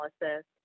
analysis